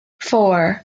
four